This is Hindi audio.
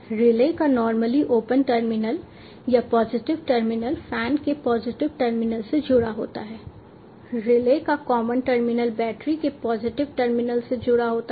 रिले का नॉर्मली ओपन टर्मिनल या पॉजिटिव टर्मिनल फैन के पॉजिटिव टर्मिनल से जुड़ा होता है रिले का कॉमन टर्मिनल बैटरी के पॉजिटिव टर्मिनल से जुड़ा होता है